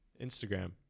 Instagram